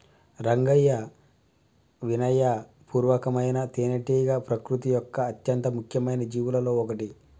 రంగయ్యా వినయ పూర్వకమైన తేనెటీగ ప్రకృతి యొక్క అత్యంత ముఖ్యమైన జీవులలో ఒకటి